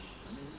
I mean